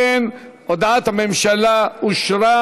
אם כן, הודעת הממשלה אושרה.